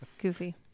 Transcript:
Goofy